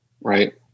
right